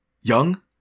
young